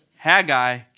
Haggai